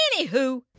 Anywho